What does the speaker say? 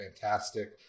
fantastic